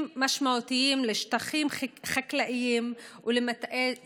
משמעותיים לשטחים חקלאיים ולמטעי זיתים.